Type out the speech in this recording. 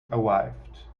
arrived